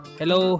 hello